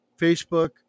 Facebook